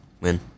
Win